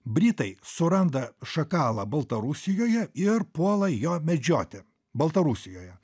britai suranda šakalą baltarusijoje ir puola jo medžioti baltarusijoje